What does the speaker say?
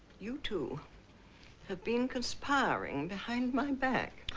you two have been conspiring behind my back.